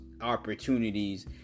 opportunities